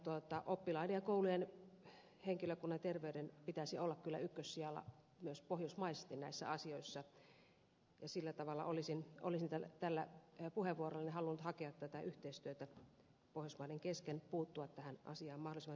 koulujen oppilaiden ja henkilökunnan terveyden pitäisi olla kyllä ykkössijalla myös pohjoismaisesti näissä asioissa ja sillä tavalla olisin tällä puheenvuorollani halunnut hakea tätä yhteistyötä pohjoismaiden kesken puuttua tähän asiaan mahdollisimman tehokkaasti